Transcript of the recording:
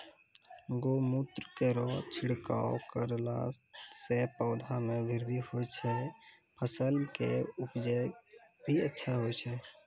गौमूत्र केरो छिड़काव करला से पौधा मे बृद्धि होय छै फसल के उपजे भी अच्छा होय छै?